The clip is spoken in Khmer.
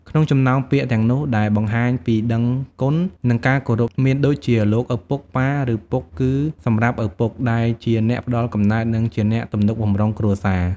ក្នុងចំណោមពាក្យទាំងនោះដែលបង្ហាញពីដឹងគុណ និងការគោរព មានដូចជា លោកឪពុក ប៉ា ឬពុកគឺ សម្រាប់ឪពុក ដែលជាអ្នកផ្ដល់កំណើត និងជាអ្នកទំនុកបម្រុងគ្រួសារ។